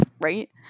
right